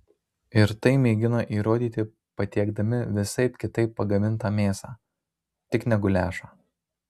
ir tai mėgina įrodyti patiekdami visaip kitaip pagamintą mėsą tik ne guliašą